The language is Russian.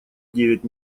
девять